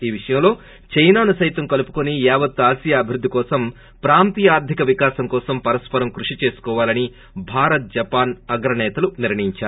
ఈ విషయంలో చైనాను సైతం కలుపుకుని యావత్తు ఆసియా అభివృద్ధి కోసం ప్రాంతీయ ఆర్గిక వికాసం కోసం పరస్సరం కృషి చేసుకోవాలని భారత్ జపాన్ అగ్ర సేతలు నిర్లయించారు